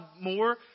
more